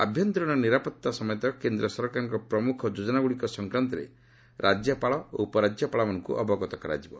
ଆଭ୍ୟନ୍ତରୀଣ ନିରାପତ୍ତା ସମେତ କେନ୍ଦ୍ର ସରକାରଙ୍କ ପ୍ରମୁଖ ଯୋଜନାଗୁଡ଼ିକ ସଂକ୍ରାନ୍ତରେ ରାଜ୍ୟପାଳ ଓ ଉପରାଜ୍ୟପାଳମାନଙ୍କ ଅବଗତ କରାଯିବ